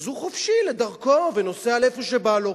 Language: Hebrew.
אז הוא חופשי לדרכו ונוסע לאיפה שבא לו.